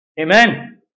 Amen